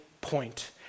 point